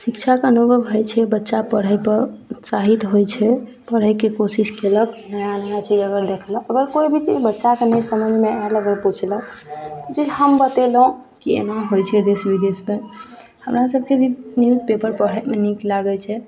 शिक्षाके अनुभव होइ छै बच्चा पढ़यपर प्रोत्साहित होइ छै पढ़यके कोशिश कयलक नया नया चीज अगर देखलक अगर कोइ भी चीज बच्चाके नहि समझमे आयल ओ पुछलक जे हम बतयलहुँ कि एना होइ छै देश विदेशमे हमरा सबके न्यूज पेपर पढ़ऽमे नीक लागय छै